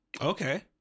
Okay